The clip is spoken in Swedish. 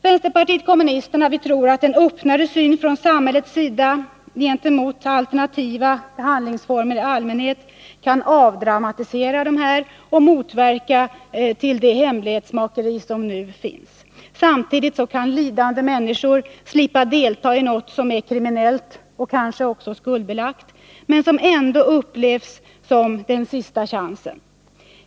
; Vänsterpartiet kommunisterna tror att en öppnare syn från samhällets sida på alternativa behandlingsformer i allmänhet kan avdramatisera dessa och motverka det hemlighetsmakeri som nu förekommer. Samtidigt kan lidande människor slippa delta i något som är kriminellt och kanske också skuldbelagt men som ändå upplevs som ”den sista chansen”.